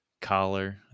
Collar